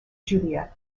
juliet